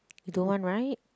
you don't want right